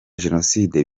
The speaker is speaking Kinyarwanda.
jenoside